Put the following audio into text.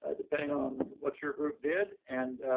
ah depending on what your group did. and